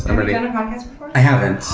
i i haven't.